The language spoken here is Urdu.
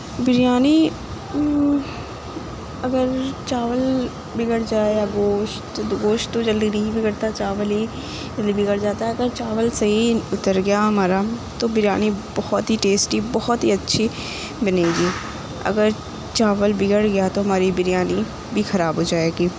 بریانی اگر چاول بگڑ جائے یا گوشت گوشت تو جلدی نہیں بگڑتا چاول ہی بگڑ جاتا ہے اگر چاول صحیح اُتر گیا ہمارا تو بریانی بہت ہی ٹیسٹی بہت ہی اچھی بنے گی اگر چاول بگڑ گیا تو ہماری بریانی بھی خراب ہو جائے گی